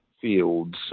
fields